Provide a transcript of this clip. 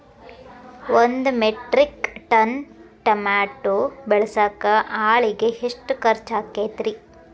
ಒಂದು metric tonne tomato ಬೆಳಸಾಕ್ ಆಳಿಗೆ ಎಷ್ಟು ಖರ್ಚ್ ಆಕ್ಕೇತ್ರಿ?